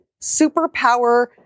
Superpower